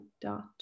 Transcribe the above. dot